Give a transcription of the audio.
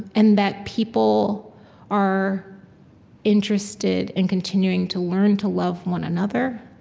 and that people are interested in continuing to learn to love one another,